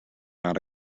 not